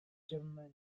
germany